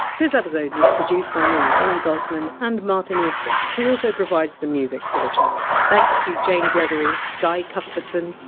this episode was produced by me, helen zaltzman, and martin austwick, who also provides the music for the show. thanks to jane gregory, guy cuthbertson,